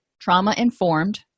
trauma-informed